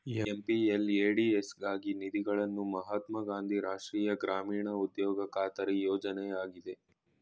MPLADS ಗಾಗಿ ನಿಧಿಗಳನ್ನು ಮಹಾತ್ಮ ಗಾಂಧಿ ರಾಷ್ಟ್ರೀಯ ಗ್ರಾಮೀಣ ಉದ್ಯೋಗ ಖಾತರಿ ಯೋಜ್ನ ಆಯ್ತೆ